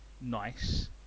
nice